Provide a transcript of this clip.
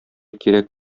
кирәк